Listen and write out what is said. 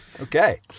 okay